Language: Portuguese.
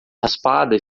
raspada